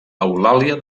eulàlia